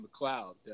McLeod